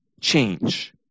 change